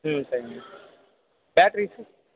ம் சரிங்க battery sir